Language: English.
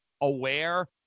aware